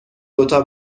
دوتا